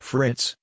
Fritz